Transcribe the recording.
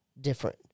different